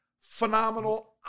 phenomenal